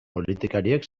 politikariek